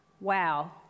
Wow